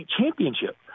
championship